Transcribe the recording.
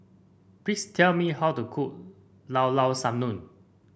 please tell me how to cook Llao Llao Sanum